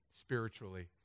spiritually